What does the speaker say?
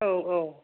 औ औ